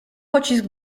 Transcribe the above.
pocisk